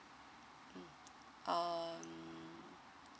mm um